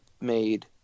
made